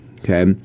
Okay